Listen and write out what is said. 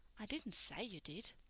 i didn't say you did.